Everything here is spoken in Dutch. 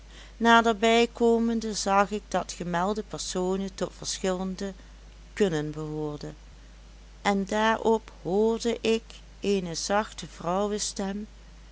naderbij komende zag ik dat gemelde personen tot verschillende kunnen behoorden en daarop hoorde ik eene zachte vrouwestem